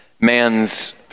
man's